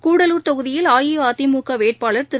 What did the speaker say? கூடலூர் தொகுதியில் அஇஅதிமுக வேட்பாளர் திரு